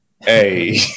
hey